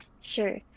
Sure